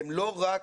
והם לא רק,